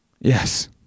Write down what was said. yes